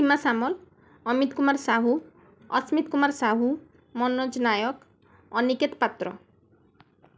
Seema Samal Amit Kumar Sahu Asmit Kumar Sahu Manoj Nayak Aniket Patra